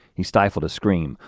he stifled a scream,